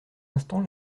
instant